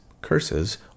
curses